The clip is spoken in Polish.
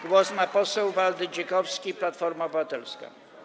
Głos ma poseł Waldy Dzikowski, Platforma Obywatelska.